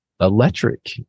electric